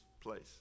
place